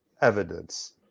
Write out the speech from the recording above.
evidence